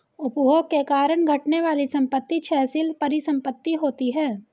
उपभोग के कारण घटने वाली संपत्ति क्षयशील परिसंपत्ति होती हैं